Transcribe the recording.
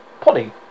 Polly